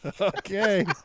Okay